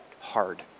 hard